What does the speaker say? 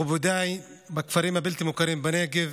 מכובדיי, בכפרים הבלתי-מוכרים בנגב